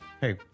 Hey